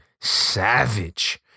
savage